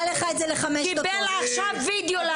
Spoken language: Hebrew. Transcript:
קיבל עכשיו וידאו להציג.